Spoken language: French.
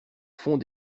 fond